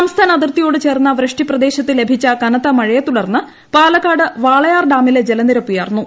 സംസ്ഥാന അതിർത്തിയോടു ചേർന്ന വൃഷ്ടിപ്രദേശത്തു ലഭിച്ച കനത്ത മഴയെത്തുടർന്ന് പാലക്കാട് വാളയാർ ഡാമിലെ ജലനിരപ്പ ഉയർന്നു